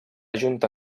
junta